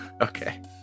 Okay